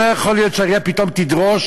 לא יכול להיות שהעירייה פתאום תדרוש